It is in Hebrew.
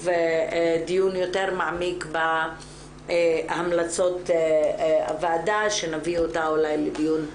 דיון יותר מעמיק בהמלצות הוועדה שנביא אותן אולי לדיון,